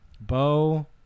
Bo